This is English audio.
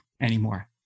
anymore